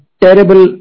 terrible